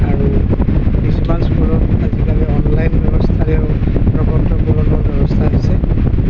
আৰু কিছুমান স্কুলত আজিকালি অনলাইন ব্যৱস্থাৰেও প্ৰ পত্ৰ পূৰণৰ ব্যৱস্থা হৈছে